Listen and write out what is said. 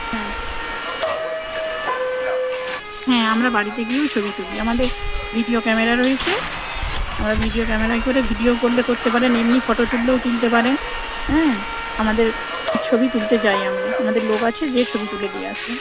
হ্যাঁ হ্যাঁ আমরা বাড়িতে গিয়েও ছবি তুলি আমাদের ভিডিও ক্যামেরা রয়েছে আমরা ভিডিও ক্যামেরায় করে ভিডিও করলে করতে পারেন এমনি ফটো তুললেও তুলতে পারেন হ্যাঁ আমাদের ছবি তুলতে যাই আমরা আমাদের লোক আছে গিয়ে ছবি তুলে দিয়ে আসবে